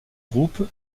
groupe